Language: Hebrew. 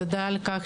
תודה על כך